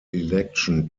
election